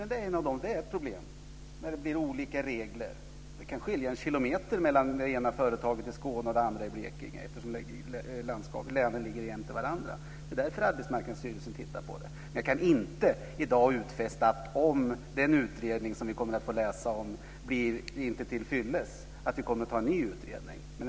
Fru talman! Javisst, det är ett problem när det blir olika regler. Det kan skilja en kilometer mellan det ena företaget i Skåne och det andra i Blekinge eftersom länen ligger bredvid varandra. Det är därför Arbetsmarknadsstyrelsen tittar på det. Men jag kan inte i dag göra några utfästelser och säga att vi kommer att tillsätta en ny utredning om den utredning vi kommer att läsa om inte blir tillfyllest.